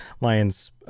Lion's